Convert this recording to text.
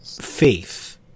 faith